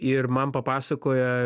ir man papasakoja